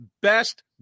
best